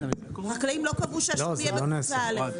החקלאים לא קבעו שהשום יהיה בקבוצה א'.